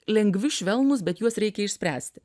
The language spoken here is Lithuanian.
lengvi švelnūs bet juos reikia išspręsti